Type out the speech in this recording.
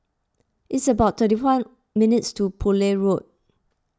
it's about thirty one minutes' walk to Poole Road